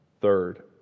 Third